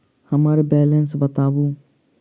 हम्मर बैलेंस बताऊ